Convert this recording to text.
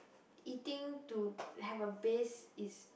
eating to have a base is